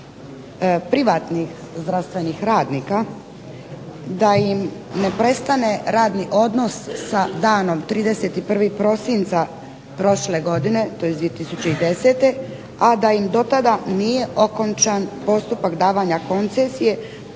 privatnih zdravstvenih radnika, da im ne prestane radni odnos sa danom 31. prosinca 2010., a da im do tada nije okončan postupak davanja koncesije,